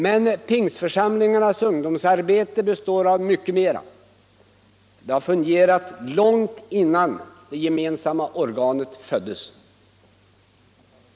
Men pingsförsamlingarnas ungdomsarbete består av mycket mer. Det har funnits långt innan det gemensamma organet föddes.